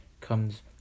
comes